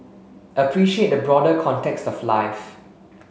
appreciate the broader context of life